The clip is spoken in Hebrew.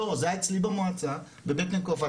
לא, זה היה אצלי במועצה בבית נקופה.